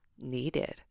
needed